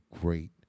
great